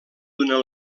d’una